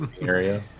area